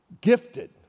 gifted